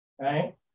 right